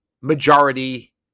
majority